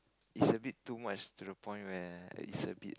it's a bit too much to the point where it's a bit